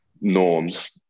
norms